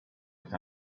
with